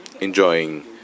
enjoying